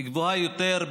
גבוהות יותר,